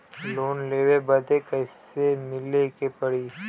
Loan लेवे बदी कैसे मिले के पड़ी?